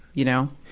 you know?